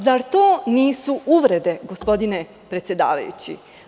Zar to nisu uvrede, gospodine predsedavajući?